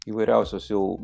įvairiausios jau